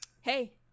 Hey